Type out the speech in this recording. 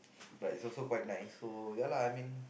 but it's also quite nice so ya lah I mean